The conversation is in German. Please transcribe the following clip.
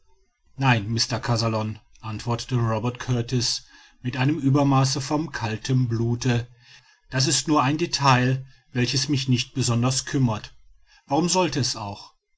nein mr kazallon antwortet robert kurtis mit einem uebermaße von kaltem blute das ist nur ein detail welches mich nicht besonders kümmert warum sollte es auch